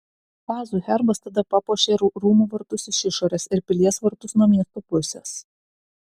vazų herbas tada papuošė ir rūmų vartus iš išorės ir pilies vartus nuo miesto pusės